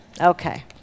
Okay